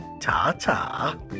ta-ta